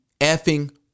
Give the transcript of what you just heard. effing